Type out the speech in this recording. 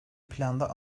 planda